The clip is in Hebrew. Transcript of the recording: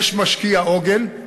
יש משקיע עוגן,